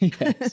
Yes